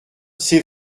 c’est